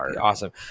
awesome